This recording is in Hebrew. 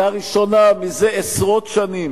לראשונה מזה עשרות שנים,